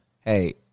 Hey